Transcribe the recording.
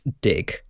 dig